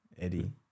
Eddie